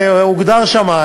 הוגדר שם.